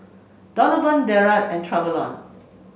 Donavan Derald and Travon